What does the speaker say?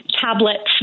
tablets